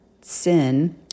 sin